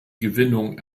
gewinnung